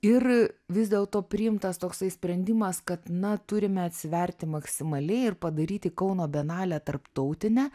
ir vis dėlto priimtas toks sprendimas kad na turime atsiverti maksimaliai ir padaryti kauno bienalę tarptautinę